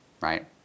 right